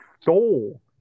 stole